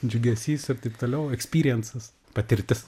džiugesys ir taip toliau ekspirijensas patirtis